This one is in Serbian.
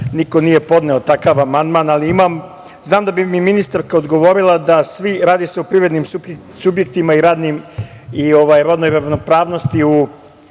niko nije podneo takav amandman, ali znam da bi mi ministarka odgovorila, radi se o privrednim subjektima i rodnoj ravnopravnosti u